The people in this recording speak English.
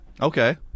Okay